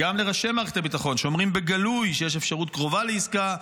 גם לראשי מערכת הביטחון שאומרים שיש אפשרות קרובה לעסקה,